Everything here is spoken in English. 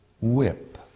whip